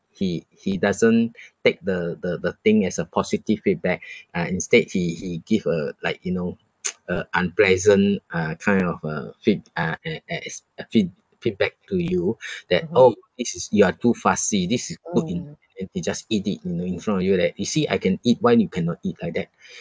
he he doesn't take the the the thing as a positive feedback uh instead he he give a like you know a unpleasant uh kind of a feed~ uh a~ a~ as a feed~ feedback to you that oh it is you are too fussy this is good in and he just eat it you know in front of you then you see I can eat why you cannot eat like that